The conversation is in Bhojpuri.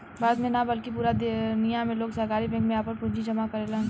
भारत में ना बल्कि पूरा दुनिया में लोग सहकारी बैंक में आपन पूंजी जामा करेलन